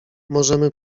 możemy